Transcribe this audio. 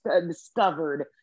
discovered